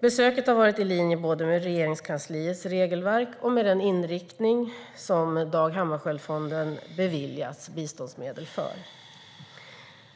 Besöket har varit i linje både med Regeringskansliets regelverk och med den inriktning som Dag Hammarskjöldfonden beviljats biståndsmedel för.